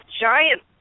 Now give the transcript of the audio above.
giant